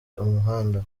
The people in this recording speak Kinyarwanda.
umuhanda